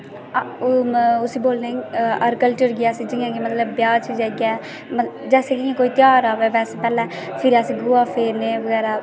उसी बोलने हर कल्चर गी अस जियां कि मतलब ब्याह च जाइयै मत जैसे कि कोई त्यहार आवै बैसे पैह्ले फिर अस गोहा फेरने बगैरा